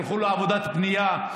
ילכו לעבודת בנייה.